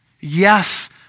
Yes